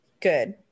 Good